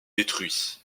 détruits